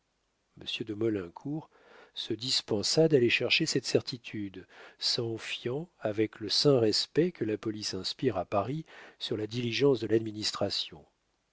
monsieur de maulincour se dispensa d'aller chercher cette certitude s'en fiant avec le saint respect que la police inspire à paris sur la diligence de l'administration